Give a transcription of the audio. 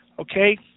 okay